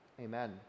amen